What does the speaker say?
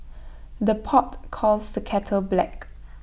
the pot calls the kettle black